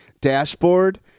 dashboard